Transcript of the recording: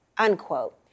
unquote